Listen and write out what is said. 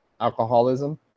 alcoholism